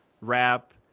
rap